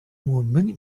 more